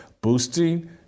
Boosting